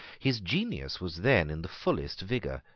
his genius was then in the fullest vigour.